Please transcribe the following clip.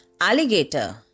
alligator